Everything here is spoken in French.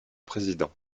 présidents